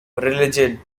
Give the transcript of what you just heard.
religion